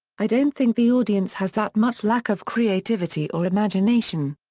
i don't think the audience has that much lack of creativity or imagination.